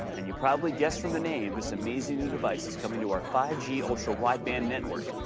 and you probably guessed from the name, this amazing new device is coming to our five g ultra wideband network.